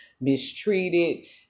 mistreated